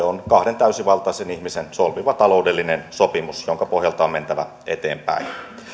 on kahden täysivaltaisen ihmisen solmima taloudellinen sopimus jonka pohjalta on mentävä eteenpäin